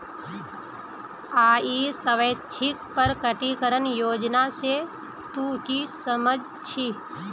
आइर स्वैच्छिक प्रकटीकरण योजना से तू की समझ छि